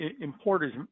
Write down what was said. importers